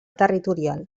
territorial